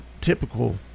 typical